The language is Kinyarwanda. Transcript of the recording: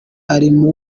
arimo